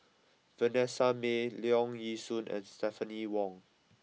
Vanessa Mae Leong Yee Soo and Stephanie Wong